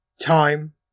time